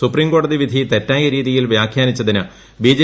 സുപ്രീംകോടത്തി വിധി തെറ്റായരീതിയിൽ വ്യാഖ്യാനിച്ചതിന് ബ്ലീ ജെ